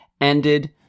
ended